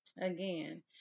again